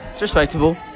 respectable